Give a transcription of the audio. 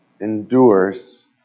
endures